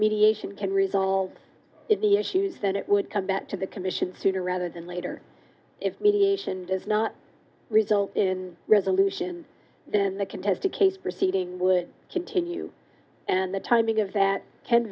mediation can resolve the issues then it would come back to the commission sooner rather than later if mediation does not result in resolution then the contested case proceeding would continue and the timing of that can